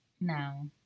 No